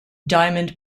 diamond